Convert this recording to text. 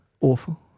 awful